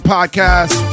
Podcast